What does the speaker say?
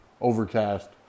Overcast